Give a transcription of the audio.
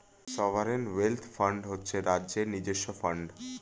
sovereign wealth fund হচ্ছে রাজ্যের নিজস্ব ফান্ড